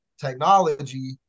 technology